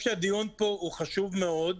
שהדיון פה הוא חשוב מאוד,